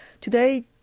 Today